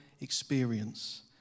experience